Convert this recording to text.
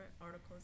articles